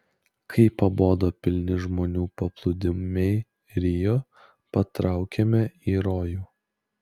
kai pabodo pilni žmonių paplūdimiai rio patraukėme į rojų